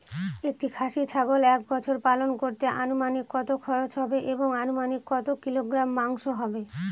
একটি খাসি ছাগল এক বছর পালন করতে অনুমানিক কত খরচ হবে এবং অনুমানিক কত কিলোগ্রাম মাংস হবে?